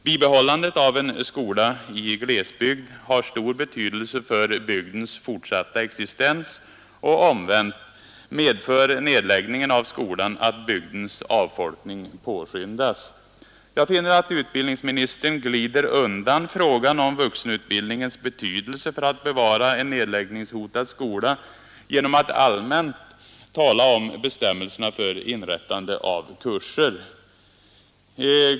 Bibehållandet av en skola i glesbygd har stor betydelse för bygdens fortsatta existens, och omvänt medför nedläggningen av skolan att bygdens avfolkning påskyndas. Jag finner att utbildningsministern glider undan frågan om vuxenutbildningens betydelse för att bevara en nedläggningshotad skola genom att allmänt tala om bestämmelserna för inrättande av kurser.